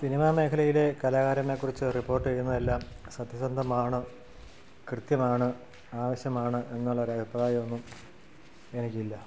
cinema മേഘലയിലെ കലകാരമാരെക്കുറിച്ച് report എഴുതുന്നതെല്ലാം സത്യസന്ധമാണ് കൃത്യമാണ് ആവശ്യമാണ് എന്നുള്ളൊരു അഭിപ്രായമൊന്നും എനിക്കില്ല